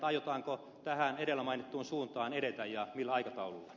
aiotaanko tähän edellä mainittuun suuntaan edetä ja millä aikataululla